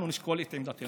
אנחנו נשקול את עמדתנו.